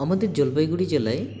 আমাদের জলপাইগুড়ি জেলায়